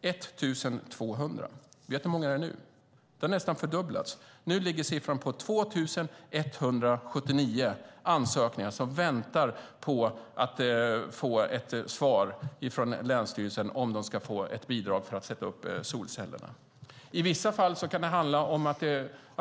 Vet du hur många det är nu? Det har nästan fördubblats. Nu är det 2 179 ansökningar som väntar på svar från länsstyrelsen om huruvida man ska få bidrag för att sätta upp solceller. I vissa fall kan